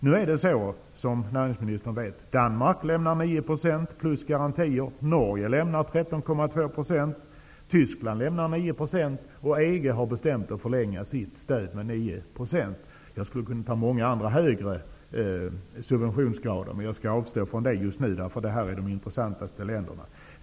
Nu lämnar, som näringsministern vet, Danmark 9 % plus garantier, Norge lämnar 13,2 %, Tyskland lämnar 9 % och EG har bestämt att man skall förlänga sitt stöd på 9 %. Jag skulle kunna nämna många andra högre subventionsgrader, men jag skall avstå från det just nu, för det här är de intressantaste länderna.